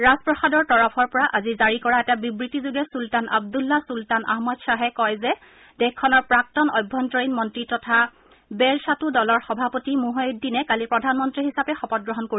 ৰাজপ্ৰাসাদৰ তৰফৰ পৰা আজি জাৰি কৰা এটা বিবৃতিযোগে চুলতান আব্দুল্লাহ চূলতান আহমদ খাহে কয় যে দেশখনৰ প্ৰাক্তন অভ্যন্তৰীণ মন্ত্ৰী তথা বেৰছাটু দলৰ সভাপতি মূহয়িদ্দিনে কালি প্ৰধানমন্তী হিচাপে শপতগ্ৰহণ কৰিব